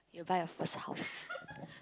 buy a first house